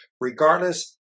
Regardless